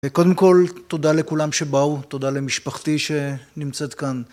קודם כל, תודה לכולם שבאו, תודה למשפחתי שנמצאת כאן.